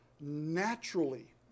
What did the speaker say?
naturally